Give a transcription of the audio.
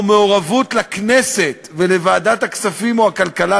מעורבות לכנסת ולוועדת הכספים או הכלכלה,